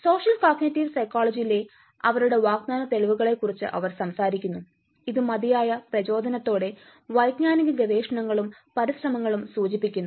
social cognitive സൈക്കോളജിയിലെ അവരുടെ വാഗ്ദാന തെളിവുകളെക്കുറിച്ച് അവർ സംസാരിക്കുന്നു ഇത് മതിയായ പ്രചോദനത്തോടെ വൈജ്ഞാനിക ഗവേഷണങ്ങളും പരിശ്രമങ്ങളും സൂചിപ്പിക്കുന്നു